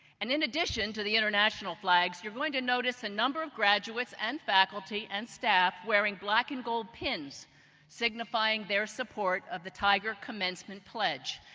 and in addition to the international flags, you're going to notice a number of graduates and faculty and staff wearing black and gold pins signifying their support of the tiger commencement pledge.